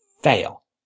fail